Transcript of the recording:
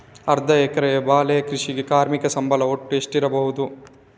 ಅರ್ಧ ಎಕರೆಯ ಬಾಳೆ ಕೃಷಿಗೆ ಕಾರ್ಮಿಕ ಸಂಬಳ ಒಟ್ಟು ಎಷ್ಟಿರಬಹುದು?